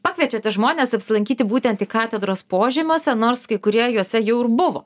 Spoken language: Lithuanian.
pakviečiate žmones apsilankyti būtent į katedros požemiuose nors kai kurie juose jau ir buvo